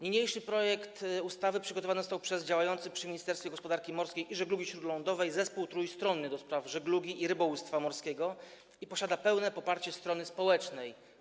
Niniejszy projekt ustawy przygotowany został przez działający przy Ministerstwie Gospodarki Morskiej i Żeglugi Śródlądowej Zespół Trójstronny ds. Żeglugi i Rybołówstwa Morskiego i posiada pełne poparcie ze strony społecznej.